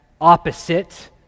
opposite